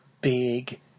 big